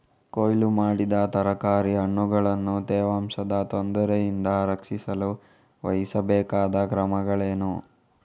ಕೊಯ್ಲು ಮಾಡಿದ ತರಕಾರಿ ಹಣ್ಣುಗಳನ್ನು ತೇವಾಂಶದ ತೊಂದರೆಯಿಂದ ರಕ್ಷಿಸಲು ವಹಿಸಬೇಕಾದ ಕ್ರಮಗಳೇನು?